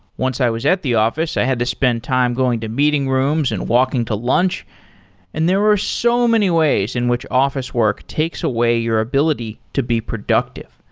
once i was at the office, i had to spend time going to meeting rooms and walking to lunch and there were so many ways in which office work takes away your ability to be productive.